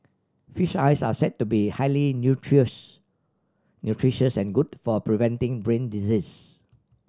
fish eyes are said to be highly nutritious and good for preventing brain disease